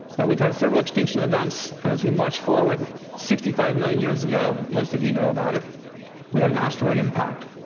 and we've had several extinction events, and as we march forward sixty five million years ago most of you know about it we had an asteroid impact.